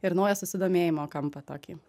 ir naują susidomėjimo kampą tokį